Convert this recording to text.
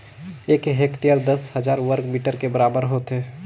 एक हेक्टेयर दस हजार वर्ग मीटर के बराबर होथे